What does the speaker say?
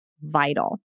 vital